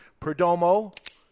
Perdomo